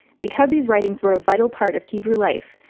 because these writings were a vital part of hebrew life,